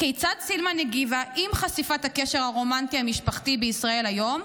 כיצד סילמן הגיבה עם חשיפת הקשר הרומנטי המשפחתי בישראל היום?